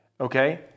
okay